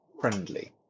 friendly